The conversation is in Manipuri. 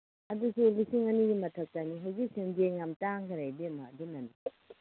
ꯑꯗꯨꯁꯨ ꯂꯤꯁꯤꯡ ꯑꯅꯤꯒꯤ ꯃꯊꯛꯇꯅꯤ ꯍꯧꯖꯤꯛ ꯁꯦꯟꯖꯦꯡ ꯌꯥꯝ ꯇꯥꯡꯒ꯭ꯔꯦ ꯏꯕꯦꯝꯃ ꯑꯗꯨꯅꯅꯤ